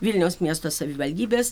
vilniaus miesto savivaldybės